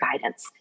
guidance